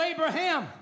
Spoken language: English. Abraham